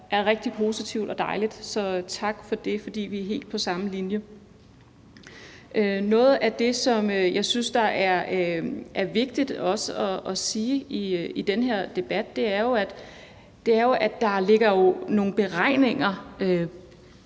er rigtig positivt og dejligt. Så tak for det. Vi er helt på samme linje. Noget af det, som jeg synes er vigtigt også at sige i den her debat, er jo, at der ligger nogle beregninger